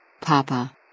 Papa